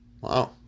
Wow